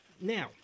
Now